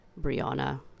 brianna